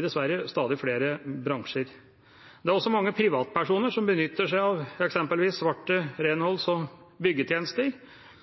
dessverre i stadig flere bransjer. Det er også mange privatpersoner som benytter seg av eksempelvis svarte renholds- og byggetjenester,